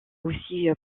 aussi